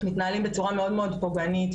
מתנהלים בצורה מאוד מאוד פוגענית,